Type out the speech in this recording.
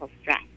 stress